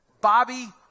Bobby